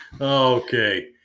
Okay